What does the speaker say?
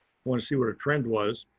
want to see what a trend was.